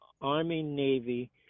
Army-Navy